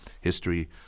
history